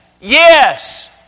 Yes